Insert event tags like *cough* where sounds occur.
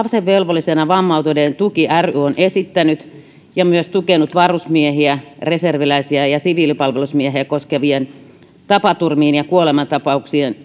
*unintelligible* asevelvollisena vammautuneiden tuki ry on esittänyt ja myös tukenut varusmiehiä reserviläisiä ja ja siviilipalvelusmiehiä koskevaa tapaturmiin ja kuolemantapauksiin *unintelligible*